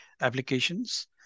Applications